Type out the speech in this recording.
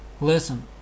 Listen